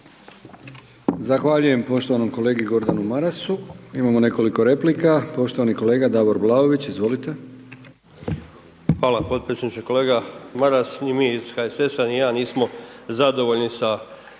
Zahvaljujem poštovanom kolegi Gordanu Marasu. Imamo nekoliko replika. Poštovani kolega Davor Vlaović. Izvolite. **Vlaović, Davor (HSS)** Hvala podpredsjedniče. Kolega Maras, ni mi iz HSS-a, ni ja, nismo zadovoljni sa